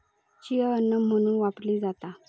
chia अन्न म्हणून वापरली जाता